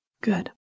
Good